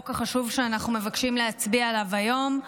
החשוב שאנחנו מבקשים להצביע עליו היום.